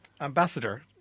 ambassador